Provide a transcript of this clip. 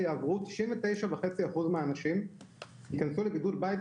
אנשים שיידבקו בזן